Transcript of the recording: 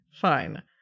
Fine